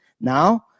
now